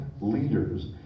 leaders